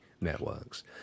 Networks